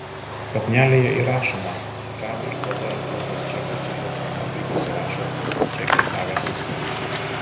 šaknelėje įrašoma kam ir kada išduotas čekis ir jo suma bei pasirašo čekį gavęs asmuo